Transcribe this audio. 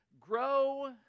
grow